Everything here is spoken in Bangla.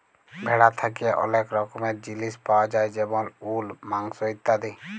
ভেড়া থ্যাকে ওলেক রকমের জিলিস পায়া যায় যেমল উল, মাংস ইত্যাদি